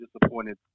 disappointed